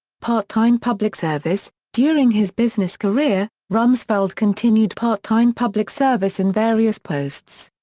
part-time public service during his business career, rumsfeld continued part-time public service in various posts.